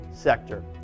sector